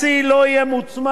כי זה יעלה לנו ביוקר.